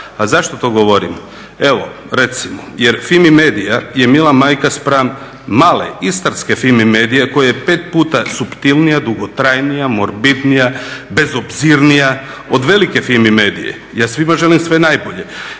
A zašto to govorim? Evo recimo jer Fimi Media je mila majka spram male istarske Fimi Medie koja je pet puta suptilnija, dugotrajnija, morbidnija, bezobzirnija od velike Fimi Medie. Ja svima želim sve najbolje,